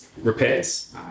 repairs